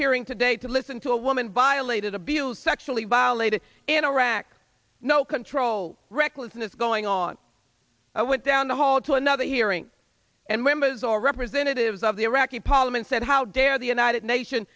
hearing today to listen to a woman violated abused sexually violated in iraq no control recklessness going on i went down the hall to another hearing and members all representatives of the iraqi parliament said how dare the united nation